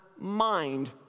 mind